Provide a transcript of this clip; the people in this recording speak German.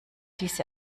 diese